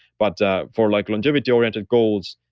but for like longevity-oriented goals,